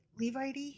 Levite